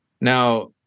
now